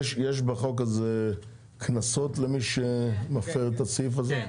יש בחוק הזה קנסות למי שמפר את הסעיף הזה?